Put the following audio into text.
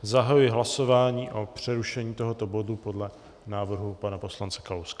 Zahajuji hlasování o přerušení tohoto bodu podle návrhu pana poslance Kalouska.